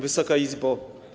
Wysoka Izbo!